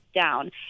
down